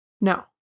No